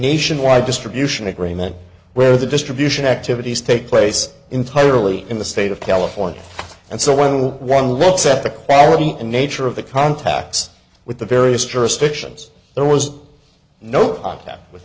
nationwide distribution agreement where the distribution activities take place entirely in the state of california and so when one looks at the quality and nature of the contacts with the various jurisdictions there was no